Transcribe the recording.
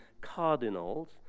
cardinals